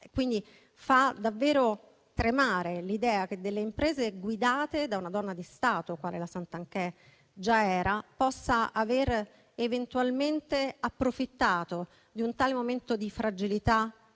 Quindi, fa davvero tremare l'idea che delle imprese, guidate da una donna di Stato quale la Santanchè già era, possano avere approfittato di un tale momento di fragilità del